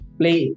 play